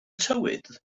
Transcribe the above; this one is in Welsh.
tywydd